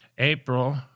April